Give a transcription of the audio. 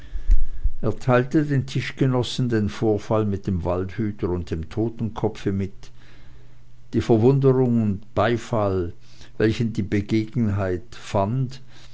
teilte den tischgenossen den vorfall mit dem waldhüter und dem totenkopfe mit die verwunderung und der beifall welchen die begebenheit fand